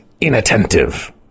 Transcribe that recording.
inattentive